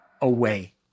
away